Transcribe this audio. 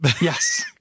Yes